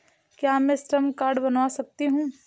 क्या मैं श्रम कार्ड बनवा सकती हूँ?